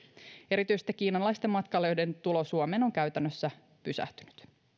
erityisesti kiinalaisten matkailijoiden tulo suomeen on käytännössä pysähtynyt